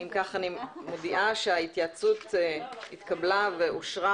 ההתייעצות התקבלה ואושרה.